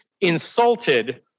insulted